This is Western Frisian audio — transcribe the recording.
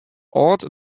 âld